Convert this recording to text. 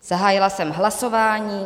Zahájila jsem hlasování.